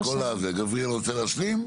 גבריאל, אתה רוצה להשלים?